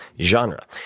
genre